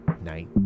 night